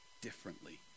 differently